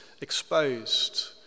exposed